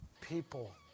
people